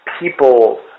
people